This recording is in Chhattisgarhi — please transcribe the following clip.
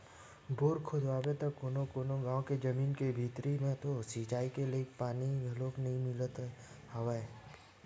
बोर खोदवाबे त कोनो कोनो गाँव के जमीन के भीतरी म तो सिचई के लईक पानी घलोक नइ मिलत हवय